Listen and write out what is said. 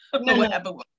No